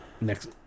next